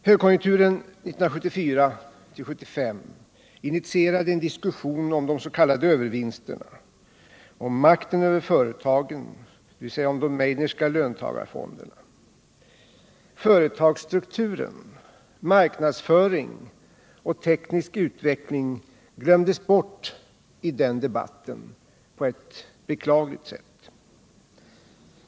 Högkonjunkturen 1974-1975 initierade en diskussion om s.k. övervinster, om makten över företagen, dvs. om de Meidnerska löntagarfonderna. Företagsstrukturen, marknadsföring och teknisk utveckling glömdes på ett beklagligt sätt bort i den debatten.